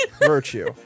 virtue